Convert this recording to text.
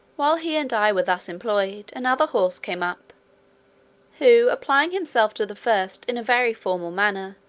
while he and i were thus employed, another horse came up who applying himself to the first in a very formal manner,